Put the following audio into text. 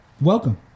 welcome